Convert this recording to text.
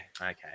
okay